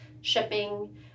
shipping